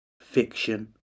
Fiction